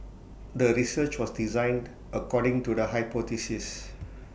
the research was designed according to the hypothesis